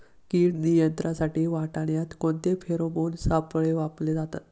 कीड नियंत्रणासाठी वाटाण्यात कोणते फेरोमोन सापळे वापरले जातात?